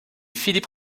philippe